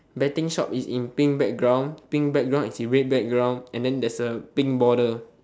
betting shop is in pink background pink background is in red background and then there's a pink border